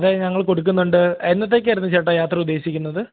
അതേ ഞങ്ങൾ കൊടുക്കുന്നുണ്ട് എന്നത്തേക്കായിരുന്നു ചേട്ടാ യാത്ര ഉദ്ദേശിക്കുന്നത്